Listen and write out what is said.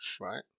right